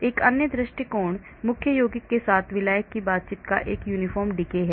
एक अन्य दृष्टिकोण मुख्य यौगिक के साथ विलायक की बातचीत का एक uniform decay है